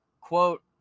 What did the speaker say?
Quote